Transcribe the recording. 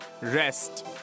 rest